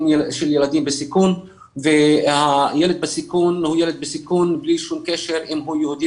של ילדים בסיכון וילד בסיכון הוא ילד